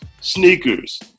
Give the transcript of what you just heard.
sneakers